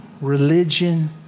religion